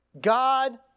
God